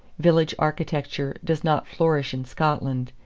village architecture does not flourish in scotland.